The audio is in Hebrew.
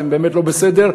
אתם באמת לא בסדר,